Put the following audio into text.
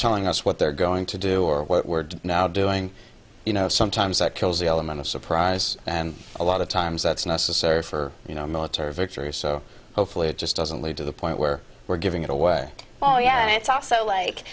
telling us what they're going to do or what we're doing you know sometimes that kills the element of surprise and a lot of times that's necessary for you know military victories so hopefully it just doesn't lead to the point where we're giving it away oh yeah it's also